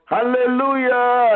Hallelujah